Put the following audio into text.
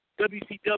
WCW